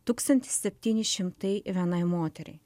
tūkstantis septyni šimtai vienai moteriai